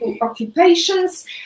occupations